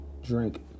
drink